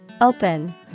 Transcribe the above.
Open